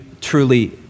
truly